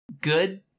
good